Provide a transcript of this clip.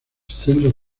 centro